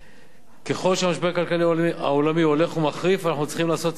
ככל שהמשבר הכלכלי העולמי הולך ומחריף אנחנו צריכים לעשות צעדים נוספים